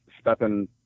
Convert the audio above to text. stepping